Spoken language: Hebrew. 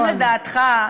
האם לדעתך,